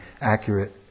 accurate